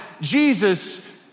Jesus